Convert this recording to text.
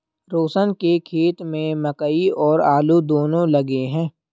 रोशन के खेत में मकई और आलू दोनो लगे हैं